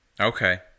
Okay